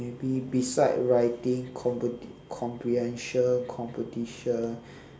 maybe beside writing compete~ comprehension competition